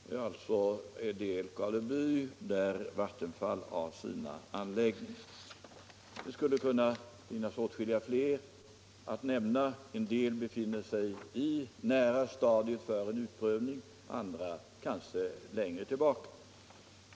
Det är alltså på samma plats som Vattenfall har sina anläggningar. Man skulle kunna nämna åtskilliga fler. En del befinner sig nära stadiet för utprovning, andra har inte kommit så långt.